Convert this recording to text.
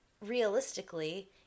realistically